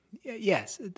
Yes